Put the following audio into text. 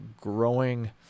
growing